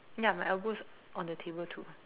ya my elbow's on the table too